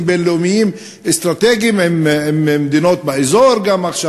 בין-לאומיים אסטרטגיים עם מדינות באזור עכשיו,